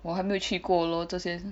我还没有去过 lor 这些